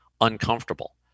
Uncomfortable